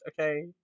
okay